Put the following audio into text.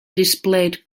displayed